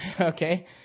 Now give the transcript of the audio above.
Okay